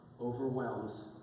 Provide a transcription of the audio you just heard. overwhelms